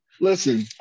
Listen